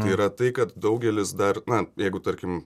yra tai kad daugelis dar na jeigu tarkim